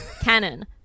Canon